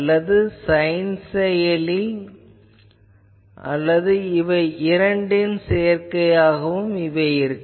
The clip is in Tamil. அல்லது சைன் செயலி அல்லது இவை இரண்டின் சேர்க்கையாகவும் இருக்கும்